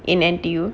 in N_T_U